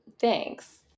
Thanks